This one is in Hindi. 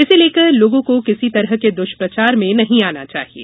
इसे लेकर लोगों को किसी तरह के दुष्प्रचार में नहीं आना चाहिये